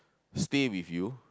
stay with you